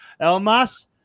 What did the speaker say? Elmas